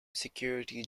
security